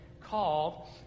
called